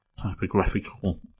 typographical